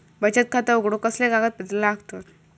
बचत खाता उघडूक कसले कागदपत्र लागतत?